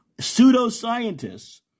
pseudoscientists